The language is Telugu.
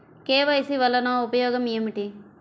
కే.వై.సి వలన ఉపయోగం ఏమిటీ?